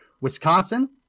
Wisconsin